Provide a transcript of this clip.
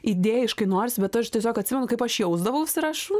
idėjiškai norisi bet aš tiesiog atsimenu kaip aš jausdavausi ir aš